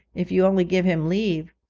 if you only give him leave.